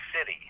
city